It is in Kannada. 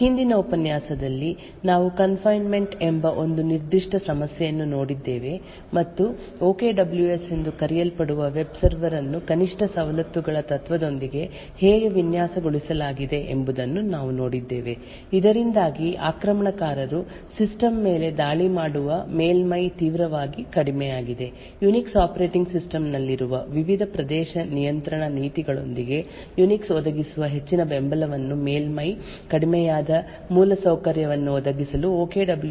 ಹಿಂದಿನ ಉಪನ್ಯಾಸದಲ್ಲಿ ನಾವು ಕನ್ ಫೈನ್ಮೆಂಟ್ ಎಂಬ ಒಂದು ನಿರ್ದಿಷ್ಟ ಸಮಸ್ಯೆಯನ್ನು ನೋಡಿದ್ದೇವೆ ಮತ್ತು ಓಕೆಡಬ್ಲ್ಯೂ ಎಸ್ ಎಂದು ಕರೆಯಲ್ಪಡುವ ವೆಬ್ ಸರ್ವರ್ ಅನ್ನು ಕನಿಷ್ಠ ಸವಲತ್ತುಗಳ ತತ್ವದೊಂದಿಗೆ ಹೇಗೆ ವಿನ್ಯಾಸಗೊಳಿಸಲಾಗಿದೆ ಎಂಬುದನ್ನು ನಾವು ನೋಡಿದ್ದೇವೆ ಇದರಿಂದಾಗಿ ಆಕ್ರಮಣಕಾರರು ಸಿಸ್ಟಮ್ ಮೇಲೆ ದಾಳಿ ಮಾಡುವ ಮೇಲ್ಮೈ ತೀವ್ರವಾಗಿ ಕಡಿಮೆಯಾಗಿದೆ ಯುನಿಕ್ಸ್ ಆಪರೇಟಿಂಗ್ ಸಿಸ್ಟಮ್ ನಲ್ಲಿರುವ ವಿವಿಧ ಪ್ರವೇಶ ನಿಯಂತ್ರಣ ನೀತಿಗಳೊಂದಿಗೆ ಯುನಿಕ್ಸ್ ಒದಗಿಸುವ ಹೆಚ್ಚಿನ ಬೆಂಬಲವನ್ನು ಮೇಲ್ಮೈ ಕಡಿಮೆಯಾದ ಮೂಲಸೌಕರ್ಯವನ್ನು ಒದಗಿಸಲು ಓಕೆಡಬ್ಲ್ಯೂ ಎಸ್ ಹೇಗೆ ಬಳಸಿದೆ ಎಂಬುದನ್ನು ನಾವು ನೋಡಿದ್ದೇವೆ